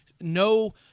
no